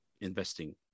investing